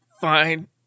fine